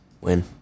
Win